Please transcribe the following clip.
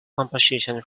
composition